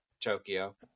tokyo